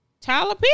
Tyler